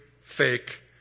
Fake